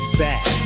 back